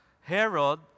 Herod